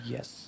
Yes